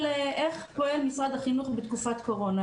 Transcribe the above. איך פועל משרד החינוך בתקופת קורונה.